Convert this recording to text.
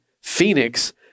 Phoenix